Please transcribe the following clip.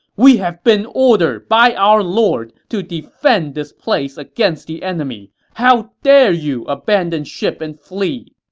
we have been ordered by our lord to defend this place against the enemy! how dare you abandon ship and flee!